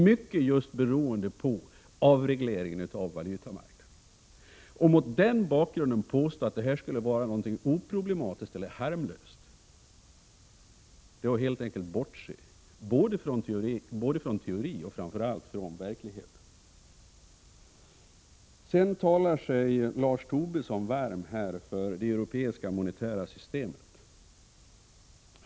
Detta berodde mycket på just avregleringen av valutamarknaden. Att mot den bakgrunden påstå att det skulle vara oproblematiskt eller harmlöst är att helt enkelt bortse både från teorin och, framför allt, från verkligheten. Lars Tobisson talar sig här sedan varm för det europeiska monetära systemet.